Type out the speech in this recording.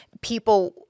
people